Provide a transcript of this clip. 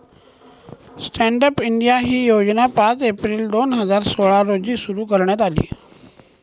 stand up India ही योजना पाच एप्रिल दोन हजार सोळा रोजी सुरु करण्यात आली